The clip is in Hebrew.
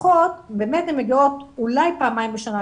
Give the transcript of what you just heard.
המפקחות מגיעות אולי פעמיים בשנה,